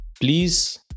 please